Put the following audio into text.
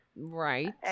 Right